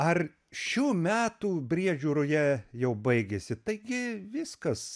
ar šių metų briedžių ruja jau baigėsi taigi viskas